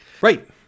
Right